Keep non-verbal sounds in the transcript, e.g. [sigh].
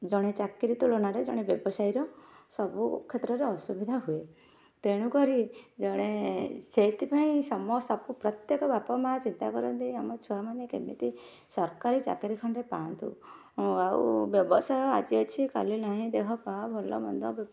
ଜଣେ ଚାକିରୀ ତୁଳନାରେ ଜଣେ ବ୍ୟବସାୟୀର ସବୁ କ୍ଷେତ୍ରରେ ଅସୁବିଧା ହୁଏ ତେଣୁ କରି ଜଣେ ସେଇଥିପାଇଁ [unintelligible] ସବୁ ପ୍ରତ୍ୟେକ ବାପ ମାଆ ଚିନ୍ତା କରନ୍ତି ଆମ ଛୁଆମାନେ କେମିତି ସରକାରୀ ଚାକିରୀ ଖଣ୍ଡେ ପାଆନ୍ତୁ ଆଉ ବ୍ୟବସାୟ ଆଜି ଅଛି କାଲି ନାହିଁ ଦେହ ପା ଭଲ ମନ୍ଦ